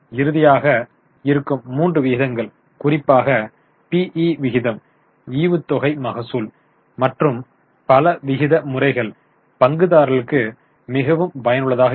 இறுதியாக இருக்கும் மூன்று விகிதங்கள் குறிப்பாக PE விகிதம் ஈவுத்தொகை மகசூல் மற்றும் பல விகித முறைகள் பங்குதாரர்களுக்கு மிகவும் பயனுள்ளதாக இருக்கும்